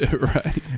Right